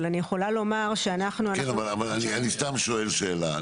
אבל אני יכולה לומר שאנחנו --- אני סתם שואל שאלה,